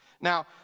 Now